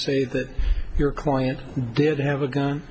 say that your coins did have a gun